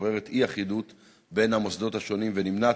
שוררת אי-אחידות בין המוסדות השונים ונמנעת